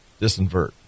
disinvert